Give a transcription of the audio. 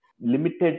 limited